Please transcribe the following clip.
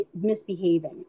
misbehaving